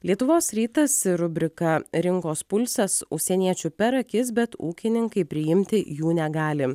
lietuvos rytas ir rubrika rinkos pulsas užsieniečių per akis bet ūkininkai priimti jų negali